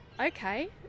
okay